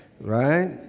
Right